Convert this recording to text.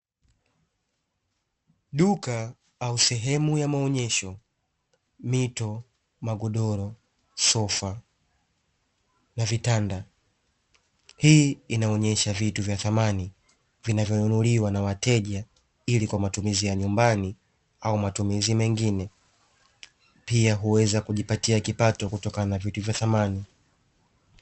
Duka au sehemu ya maonyesho mito, magodoro, sofa na vitanda hii inaonesha vitu vya samani vinavyonunuliwa na wateja ili kwa matumizi ya nyumbani au matumizi mengine pia huweza kujipatia kipato kutokana na vitu vya samani.